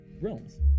realms